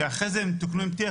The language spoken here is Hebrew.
שאחרי זה הם תוקנו עם טיח,